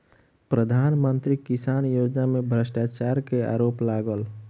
प्रधान मंत्री किसान योजना में भ्रष्टाचार के आरोप लागल